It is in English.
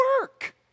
work